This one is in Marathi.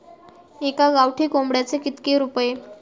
एका गावठी कोंबड्याचे कितके रुपये?